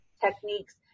techniques